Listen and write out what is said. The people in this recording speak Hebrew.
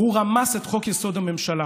רמס את חוק-יסוד: הממשלה.